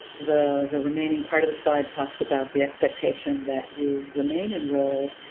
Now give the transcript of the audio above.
the the remaining part of the slide talks about the expectation that you remain enrolled,